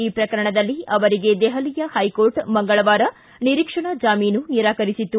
ಈ ಪ್ರಕರಣದಲ್ಲಿ ಅವರಿಗೆ ದೆಹಲಿಯ ಹೈಕೋರ್ಟ್ ಮಂಗಳವಾರ ನಿರೀಕ್ಷಣಾ ಜಾಮೀನು ನಿರಾಕರಿಸಿತ್ತು